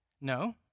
No